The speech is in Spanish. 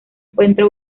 encuentra